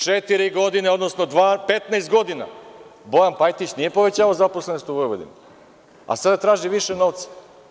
Četiri godine odnosno 15 godina Bojan Pajtić nije povećavao zaposlenost u Vojvodini, a sada traži više novca.